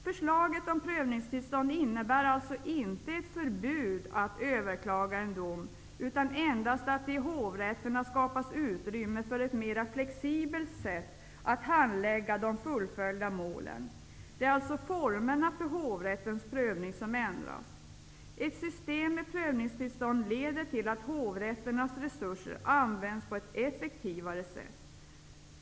Förslaget om prövningstillstånd innebär alltså inte ett förbud att överklaga en dom utan endast att det i hovrätterna skapas utrymme för ett mera flexibelt sätt att handlägga de fullföljda målen. Det är alltså formerna för hovrättens prövning som ändras. Ett system med prövningstillstånd leder till att hovrätternas resurser används på ett effektivare sätt.